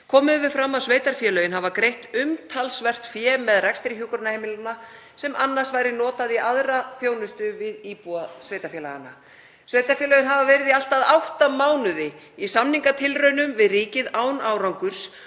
Komið hefur fram að sveitarfélögin hafa greitt umtalsvert fé með rekstri hjúkrunarheimilanna sem annars væri notað í aðra þjónustu við íbúa sveitarfélaganna. Sveitarfélögin hafa verið í allt að átta mánuði í samningatilraunum við ríkið án árangurs